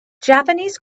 japanese